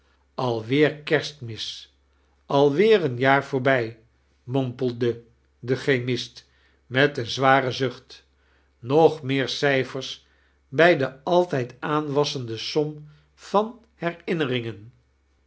kersibmis al weer een jaar voorbij i mompelde de chemist met een zwaren zucht nog meer cijfers bij de altijd aanwassende aoim van herinneringen